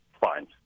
fine